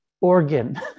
organ